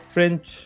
French